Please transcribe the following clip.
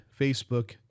Facebook